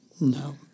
No